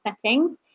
settings